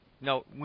No